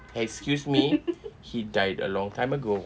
excuse me he died a long time ago